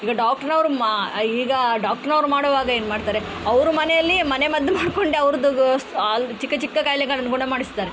ಈಗ ಡಾಕ್ಟ್ರುನವ್ರು ಮಾ ಈಗ ಡಾಕ್ಟ್ರುನವ್ರು ಮಾಡುವಾಗ ಏನು ಮಾಡ್ತಾರೆ ಅವ್ರು ಮನೆಯಲ್ಲಿ ಮನೆಮದ್ದು ಮಾಡಿಕೊಂಡೇ ಅವ್ರದ್ದು ಸೋಲ್ ಚಿಕ್ಕ ಚಿಕ್ಕ ಖಾಯ್ಲೆಗಳನ್ನು ಗುಣಮಾಡಿಸ್ತಾರೆ